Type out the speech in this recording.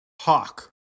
Hawk